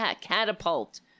catapult